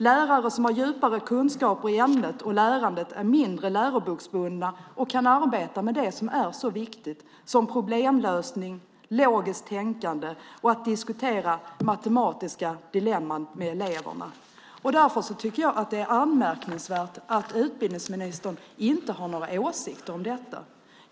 Lärare som har djupare kunskaper i ämnet och lärandet är mindre läroboksbundna och kan arbeta med det som är så viktigt, som problemlösning, logiskt tänkande och att diskutera matematiska dilemman med eleverna. Därför tycker jag att det är anmärkningsvärt att utbildningsministern inte har några åsikter om detta.